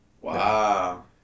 Wow